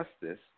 Justice